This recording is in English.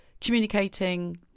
communicating